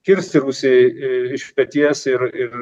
kirsti rusijai iš peties ir ir